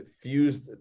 fused